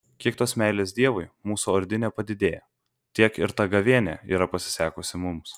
kiek tos meilės dievui mūsų ordine padidėja tiek ir ta gavėnia yra pasisekusi mums